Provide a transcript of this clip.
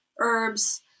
herbs